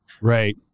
Right